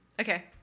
Okay